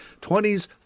20s